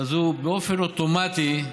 הוא באופן אוטומטי,